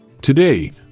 Today